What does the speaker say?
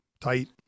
tight